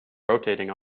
rotating